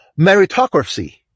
meritocracy